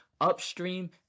upstream